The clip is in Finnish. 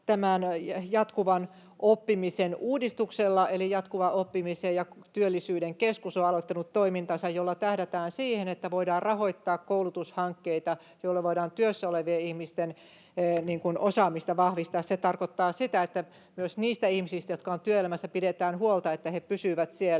jatkuvan oppimisen uudistuksella. Jatkuvan oppimiseen ja työllisyyden keskus on aloittanut toimintansa, jolla tähdätään siihen, että voidaan rahoittaa koulutushankkeita, joilla voidaan työssä olevien ihmisten osaamista vahvistaa. Se tarkoittaa sitä, että myös niistä ihmisistä, jotka ovat työelämässä, pidetään huolta, että he pysyvät siellä